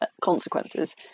consequences